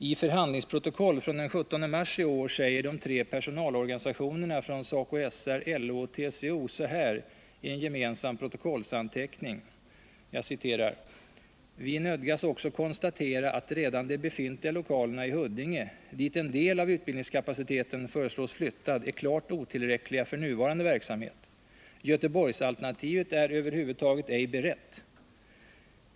I förhandlingsprotokoll från den 17 mars i år säger de tre personalorganisationerna inom resp. SACO/SR, LO och TCO så här i en gemensam protokollsanteckning: ”Vi nödgas också konstatera att redan de befintliga lokalerna i Huddinge, dit en del av utbildningskapaciteten föreslås flyttad, är klart otillräckliga för nuvarande verksamhet. Göteborgsalternativet är över huvud taget ej berett.